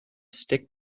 stick